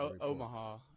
Omaha